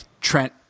Trent